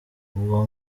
ubwo